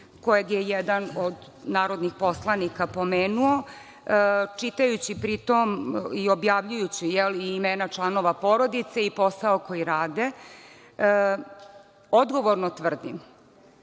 kojeg je jedan od narodnih poslanika pomenuo, čitajući pri tom i objavljujući imena članova porodice i posao koji rade, odgovorno tvrdim